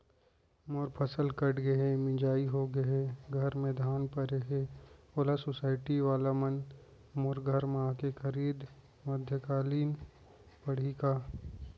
मोर फसल कट गे हे, मिंजाई हो गे हे, घर में धान परे हे, ओला सुसायटी वाला मन मोर घर म आके खरीद मध्यकालीन पड़ही का?